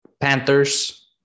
Panthers –